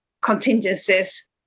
contingencies